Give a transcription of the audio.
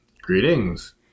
Greetings